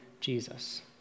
Jesus